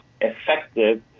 effective